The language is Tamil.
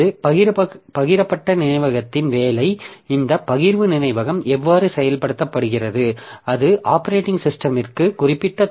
இது பகிரப்பட்ட நினைவகத்தின் வேலை இந்த பகிர்வு நினைவகம் எவ்வாறு செயல்படுத்தப்படுகிறது அது ஆப்பரேட்டிங் சிஸ்டமிற்கு குறிப்பிட்டது